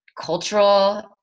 cultural